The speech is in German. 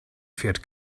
fährt